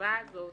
הקציבה הזאת